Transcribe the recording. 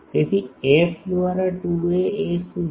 તેથી એફ દ્વારા 2a એ શું છે